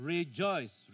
Rejoice